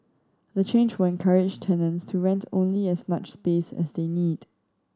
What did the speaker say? the change will encourage tenants to rent only as much space as they need